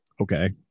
okay